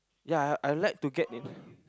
ya I like to get in